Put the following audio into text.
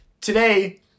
Today